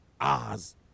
Oz